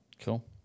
Cool